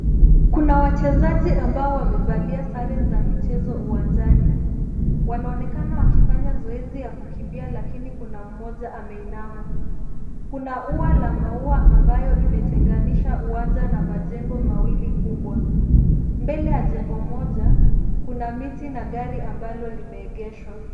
Kuna wachezaji ambao wamevalia sare za michezo uwanjani. Wanaonekana wakifanya zoezi ya kukimbia lakini kuna mmoja ameinama. Kuna ua la maua ambayo imetenganisha uwanja na majengo mawili kubwa. Mbele ya jengo moja, kuna miti na gari ambalo limeegeshwa.